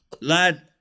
lad